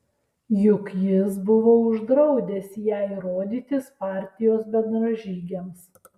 juk jis buvo uždraudęs jai rodytis partijos bendražygiams